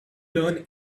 learn